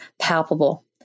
palpable